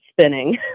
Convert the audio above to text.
spinning